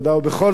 ובכל זאת,